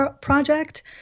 project